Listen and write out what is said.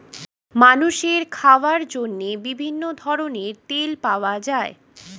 মানুষের খাওয়ার জন্য বিভিন্ন ধরনের তেল পাওয়া যায়